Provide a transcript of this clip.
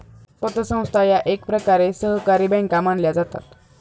पतसंस्था या एकप्रकारे सहकारी बँका मानल्या जातात